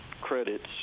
credits